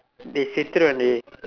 dey சத்துருவேன்:saththuruveen dey